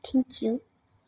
thank you